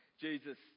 Jesus